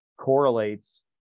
correlates